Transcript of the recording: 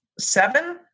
seven